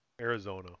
Arizona